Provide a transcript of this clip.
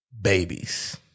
babies